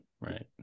right